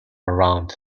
around